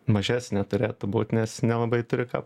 mažesnė turėtų būt nes nelabai turi ką